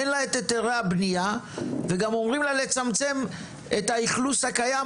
אין לה את היתרי הבנייה וגם אומרים לה לצמצם את האכלוס הקיים,